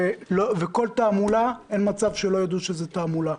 וכל תעמולה אין מצב שלא יידעו שזאת תעמולה,